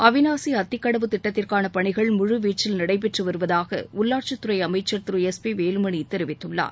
அவினாசி அத்திக்கடவு திட்டத்திற்கான பணிகள் முழுவீச்சில் நடைபெற்று வருவதாக உள்ளாட்சித்துறை அமைச்சர் திரு எஸ் பி வேலுமணி தெரிவித்துள்ளார்